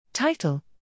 Title